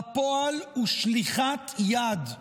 בפועל הוא שליחת יד,